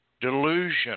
Delusion